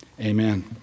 Amen